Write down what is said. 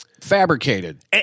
Fabricated